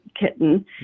kitten